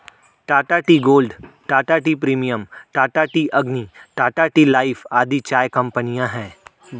Tata tea gold, Tata tea premium, Tata tea Agni, Tata tea life आदि चाय कंपनियां है